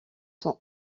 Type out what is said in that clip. sont